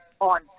on